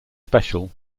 special